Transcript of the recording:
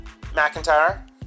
McIntyre